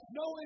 no